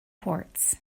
ports